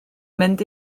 mynd